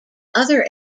other